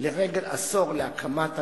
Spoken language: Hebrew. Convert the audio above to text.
לרגל עשור להקמת הנציבות,